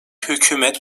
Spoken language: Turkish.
hükümet